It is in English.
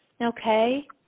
Okay